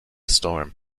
storm